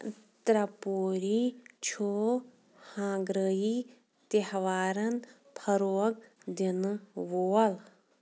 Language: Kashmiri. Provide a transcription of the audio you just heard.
ترٛے پوٗری چھُ ہانٛگرٲیی تہوارَن فروغ دِنہٕ وول